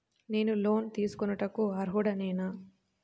నేను లోన్ తీసుకొనుటకు అర్హుడనేన?